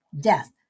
death